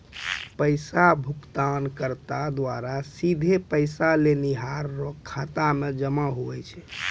पैसा भुगतानकर्ता द्वारा सीधे पैसा लेनिहार रो खाता मे जमा हुवै छै